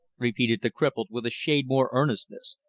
repeated the cripple with a shade more earnestness.